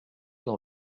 dans